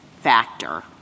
factor